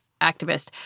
activist